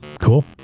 Cool